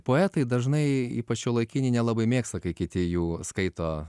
poetai dažnai ypač šiuolaikiniai nelabai mėgsta kai kiti jų skaito